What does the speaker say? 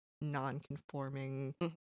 non-conforming